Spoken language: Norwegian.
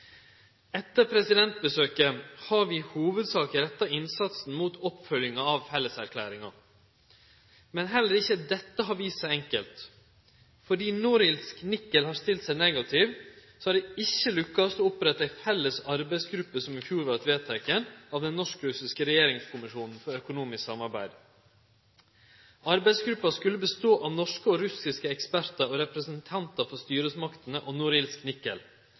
Etter presidentbesøket har vi i hovudsak retta innsatsen mot oppfølginga av felleserklæringa. Men heller ikkje dette har vist seg enkelt. Fordi Norilsk Nickel har stilt seg negativ, har det ikkje lukkast å opprette ei felles arbeidsgruppe som i fjor vart vedteken av den norsk-russiske regjeringskommisjonen for økonomisk samarbeid. Arbeidsgruppa skulle bestå av norske og russiske ekspertar og representantar for styresmaktene og Norilsk